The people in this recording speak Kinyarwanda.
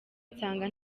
nsanga